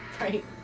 Right